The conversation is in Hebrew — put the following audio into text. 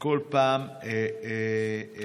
כל פעם מחדש.